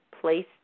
place